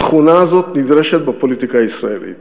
התכונה הזאת נדרשת בפוליטיקה הישראלית.